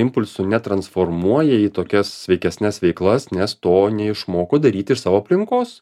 impulsų netransformuoja į tokias sveikesnes veiklas nes to neišmoko daryt iš savo aplinkos